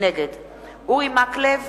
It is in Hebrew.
נגד אורי מקלב,